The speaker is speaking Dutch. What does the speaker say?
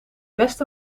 best